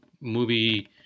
movie